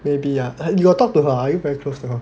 maybe ya you got talk to her are you very close to her